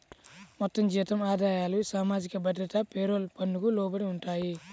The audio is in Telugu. మొత్తం జీతం ఆదాయాలు సామాజిక భద్రత పేరోల్ పన్నుకు లోబడి ఉంటాయి